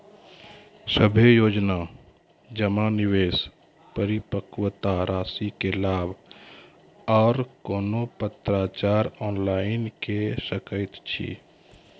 सभे योजना जमा, निवेश, परिपक्वता रासि के लाभ आर कुनू पत्राचार ऑनलाइन के सकैत छी?